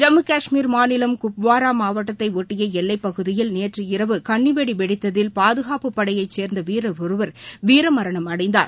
ஜம்மு கஷ்மீர் மாநிலம் குப்வாரா மாவட்டத்தை ஒட்டிய எல்லைப் பகுதியில் நேற்றிரவு கண்ணிவெடி வெடித்ததில் பாதுகாப்பு படையை சேர்ந்த வீரர் ஒருவர் வீரமரணம் அடைந்தார்